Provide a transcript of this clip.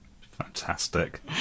Fantastic